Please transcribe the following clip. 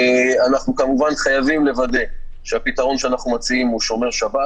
אנחנו כמובן חייבים לוודא שהפתרון שאנחנו מציעים הוא שומר שבת.